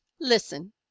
Listen